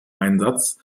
einsatz